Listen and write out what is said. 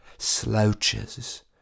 Slouches